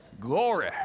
Glory